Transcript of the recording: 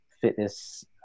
fitness